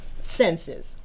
senses